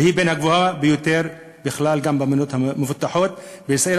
והיא בין הגבוהות ביותר בכלל המדינות המפותחות: בישראל,